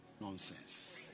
Nonsense